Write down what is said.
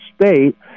state